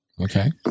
Okay